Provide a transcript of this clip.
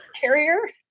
carrier